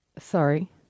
sorry